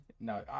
no